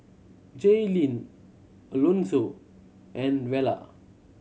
Jaylene Alonzo and Vela